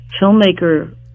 filmmaker